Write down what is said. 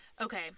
Okay